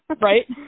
right